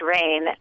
rain